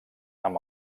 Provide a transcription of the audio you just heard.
amb